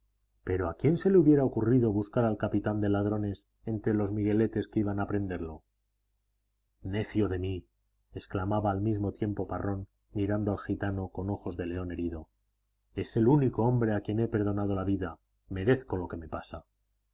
pero a quién se le hubiera ocurrido buscar al capitán de ladrones entre los migueletes que iban a prenderlo necio de mí exclamaba al mismo tiempo parrón mirando al gitano con ojos de león herido es el único hombre a quien he perdonado la vida merezco lo que me pasa